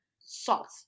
Salt